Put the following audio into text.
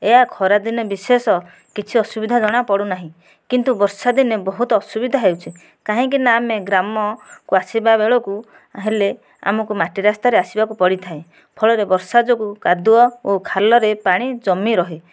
ଏହା ଖରା ଦିନେ ବିଶେଷ କିଛି ଅସୁବିଧା ଜଣା ପଡ଼ୁନାହିଁ କିନ୍ତୁ ବର୍ଷା ଦିନେ ବହୁତ ଅସୁବିଧା ହେଉଛି କାହିଁକି ନା ଆମେ ଗ୍ରାମକୁ ଆସିବା ବେଳକୁ ହେଲେ ଆମକୁ ମାଟି ରାସ୍ତାରେ ଆସିବାକୁ ପଡ଼ିଥାଏ ଫଳରେ ବର୍ଷା ଯୋଗୁ କାଦୁଅ ଓ ଖାଲରେ ପାଣି ଜମି ରହେ